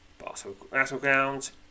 Battlegrounds